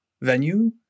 venue